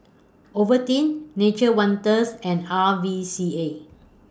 Ovaltine Nature's Wonders and R V C A